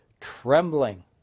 trembling